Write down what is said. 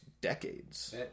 decades